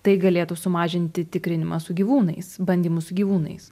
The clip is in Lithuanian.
tai galėtų sumažinti tikrinimą su gyvūnais bandymus su gyvūnais